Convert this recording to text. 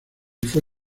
fue